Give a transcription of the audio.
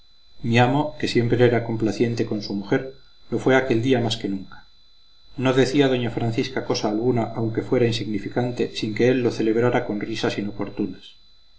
mi amo que siempre era complaciente con su mujer lo fue aquel día más que nunca no decía doña francisca cosa alguna aunque fuera insignificante sin que él lo celebrara con risas inoportunas